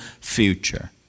future